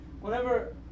Whenever